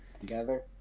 together